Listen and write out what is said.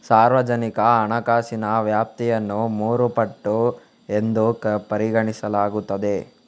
ಸಾರ್ವಜನಿಕ ಹಣಕಾಸಿನ ವ್ಯಾಪ್ತಿಯನ್ನು ಮೂರು ಪಟ್ಟು ಎಂದು ಪರಿಗಣಿಸಲಾಗುತ್ತದೆ